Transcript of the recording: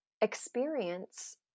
experience